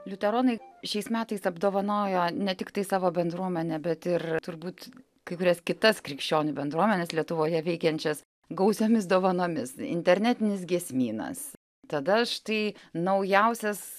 liuteronai šiais metais apdovanojo ne tiktai savo bendruomenę bet ir turbūt kai kurias kitas krikščionių bendruomenes lietuvoje veikiančias gausiomis dovanomis internetinis giesmynas tada štai naujausias